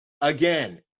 Again